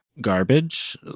garbage